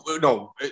no